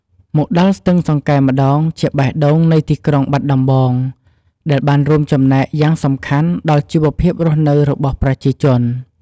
មកដល់ស្ទឹងសង្កែម្តងជាបេះដូងនៃទីក្រុងបាត់ដំបង ដែលបានរួមចំណែកយ៉ាងសំខាន់ដល់ជីវភាពរស់នៅរបស់ប្រជាជន។